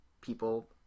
people